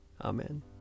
Amen